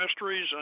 Mysteries